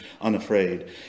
unafraid